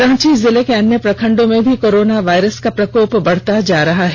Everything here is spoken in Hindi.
रांची जिला के अन्य प्रखण्डों में भी कोरोना वायरस का प्रकोप बढ़ता जा रहा है